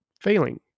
failing